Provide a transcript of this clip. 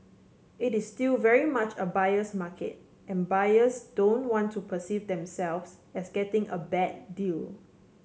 it is still very much a buyer's market and buyers don't want to perceive themselves as getting a bad deal